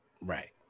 Right